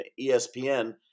ESPN